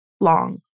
long